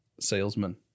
salesman